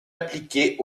appliquées